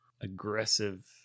aggressive